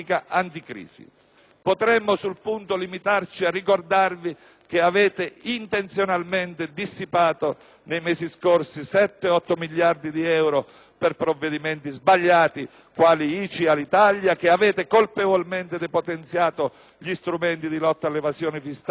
Potremmo, sul punto, limitarci a ricordarvi che avete intenzionalmente dissipato nei mesi scorsi 7-8 miliardi di euro per provvedimenti sbagliati quali quelli su ICI e Alitalia, che avete colpevolmente depotenziato gli strumenti di lotta all'evasione fiscale che stava dando